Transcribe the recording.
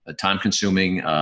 time-consuming